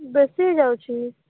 ବେଶୀ ହେଇଯାଉଛି